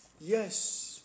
Yes